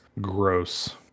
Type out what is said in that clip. gross